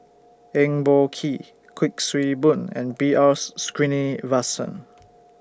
Eng Boh Kee Kuik Swee Boon and B R Sreenivasan